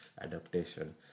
adaptation